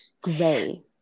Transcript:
gray